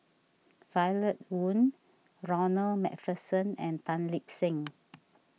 Violet Oon Ronald MacPherson and Tan Lip Seng